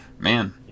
Man